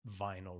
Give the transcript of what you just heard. vinyl